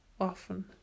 often